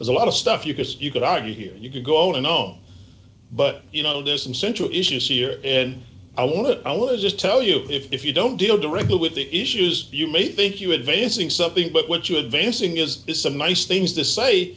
as a lot of stuff you could you could argue here you can go on and on but you know there's some central issues here and i want to i was just tell you if you don't deal directly with the issues you may think you advancing something but what you advancing is is some nice things to say